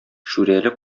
шүрәле